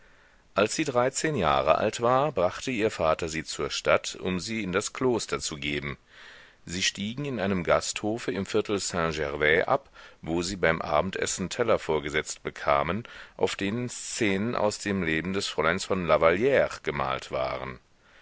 als sie dreizehn jahre alt war brachte ihr vater sie zur stadt um sie in das kloster zu geben sie stiegen in einem gasthofe im viertel saint gervais ab wo sie beim abendessen teller vorgesetzt bekamen auf denen szenen aus dem leben des fräuleins von lavallire gemalt waren